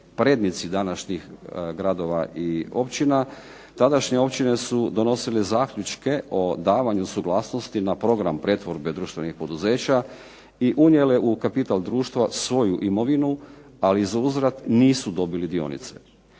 prednici današnjih gradova i općina, tadašnje općine su donosile zaključke o davanju suglasnosti na program pretvorbe društvenih poduzeća i unijele u kapital društva svoju imovinu, ali zauzvrat nisu dobili dionice.